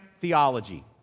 theology